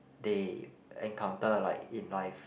they encounter like in life